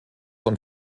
und